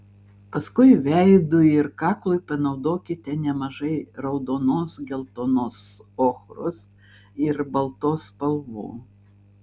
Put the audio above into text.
paskui veidui ir kaklui panaudokite nemažai raudonos geltonos ochros ir baltos spalvų